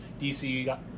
DC